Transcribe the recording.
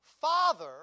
Father